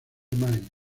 may